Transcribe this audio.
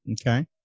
Okay